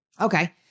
Okay